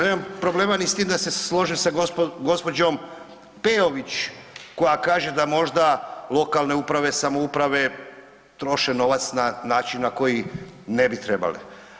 Nema problema ni s tim da se složim sa gospođom Peović koja kaže da možda lokalne uprave, samouprave troše novac na način na koji ne bi trebale.